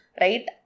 right